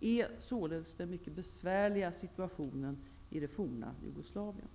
är således den mycket besvärliga situationen i det forna Jugoslavien.